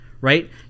Right